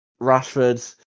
Rashford